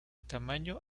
tamaño